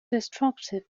destructive